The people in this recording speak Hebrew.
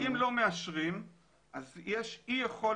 כשאנחנו העברנו תקנות למי שתייה,